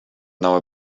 know